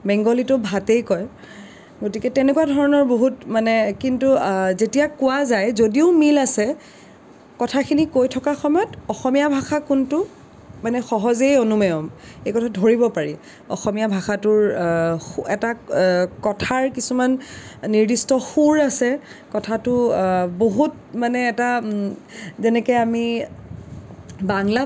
বেংগলীতো ভাতেই কয় গতিকে তেনেকুৱা ধৰণৰ বহুত মানে কিন্তু যেতিয়া কোৱা যায় যদিও মিল আছে কথাখিনি কৈ থকা সময়ত অসমীয়া ভাষা কোনটো মানে সহজেই অনুমেয় এই কথাটো ধৰিব পাৰি অসমীয়া ভাষাটোৰ এটা কথাৰ কিছুমান নিৰ্দিষ্ট সুৰ আছে কথাটো বহুত মানে এটা যেনেকৈ আমি